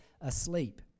asleep